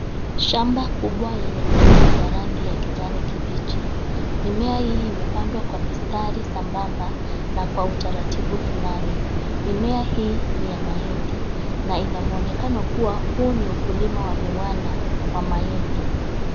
Shamba kubwa yenye mimea ya rangi ya kijani kibichi. Mimea hii imepandwa kwa mistari sambamba na kwa utaratibu fulani. Mimea hii ni ya mahindi na ina mwonekano kuwa huu ni ukulima wa viwanda wa mahindi.